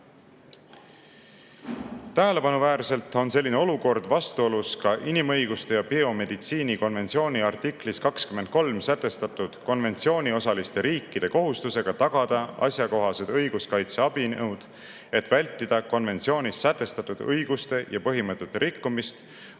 Tähelepanuväärselt on selline olukord vastuolus ka inimõiguste ja biomeditsiini konventsiooni artiklis 23 sätestatud konventsiooniosaliste riikide kohustusega tagada asjakohased õiguskaitseabinõud, et vältida konventsioonis sätestatud õiguste ja põhimõtete rikkumist